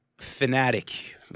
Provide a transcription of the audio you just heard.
fanatic